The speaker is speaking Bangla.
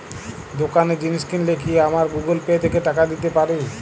দোকানে জিনিস কিনলে কি আমার গুগল পে থেকে টাকা দিতে পারি?